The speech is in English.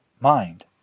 mind